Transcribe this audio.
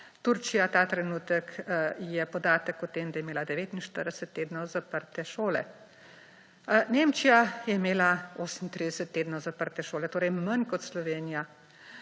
Turčijo je ta trenutek podatek o tem, da je imela 49 tednov zaprte šole. Nemčija je imela 38 tednov zaprte šole, torej manj kot Slovenija.